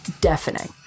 deafening